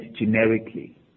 generically